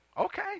Okay